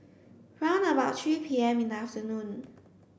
round about three P M in the afternoon